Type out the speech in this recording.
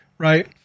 right